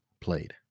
played